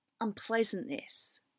unpleasantness